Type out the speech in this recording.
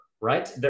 right